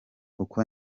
uko